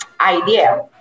idea